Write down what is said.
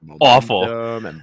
awful